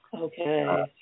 Okay